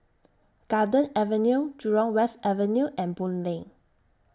Garden Avenue Jurong West Avenue and Boon Lay